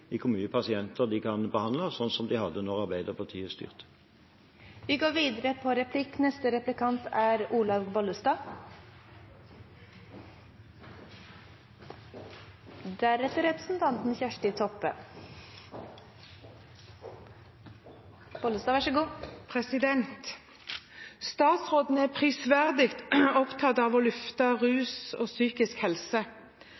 for hvor mange pasienter en kan behandle, som en hadde da Arbeiderpartiet styrte. Statsråden er prisverdig opptatt av å løfte områdene rus og psykisk helse,